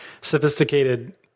sophisticated